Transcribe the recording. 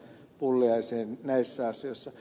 pulliaiseen näissä asioissa